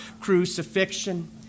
crucifixion